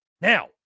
Now